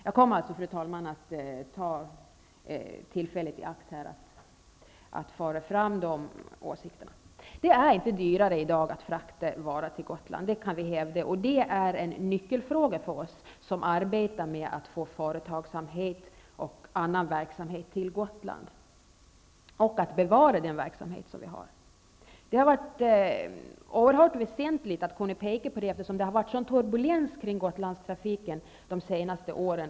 Jag kommer, fru talman, att ta tillfället i akt att föra fram de åsikterna. Det är i dag inte dyrare att frakta en vara till Gotland. Det kan vi hävda. Det är en nyckelfråga för oss som arbetar med att få företagsamhet och annan verksamhet till Gotland och att bevara den verksamhet som vi har. Det har varit oerhört väsentligt att kunna peka på detta, eftersom det har varit en sådan turbulens kring Gotlandstrafiken de senaste åren.